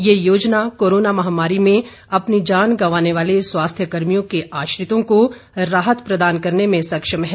ये योजना कोरोना महामारी में अपनी जान गंवाने वाले स्वास्थ्य कर्मियों के आश्रितों को राहत प्रदान करने में सक्षम है